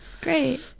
Great